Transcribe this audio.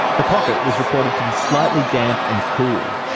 the pocket was reported to be slightly damp and cool.